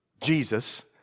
Jesus